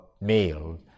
male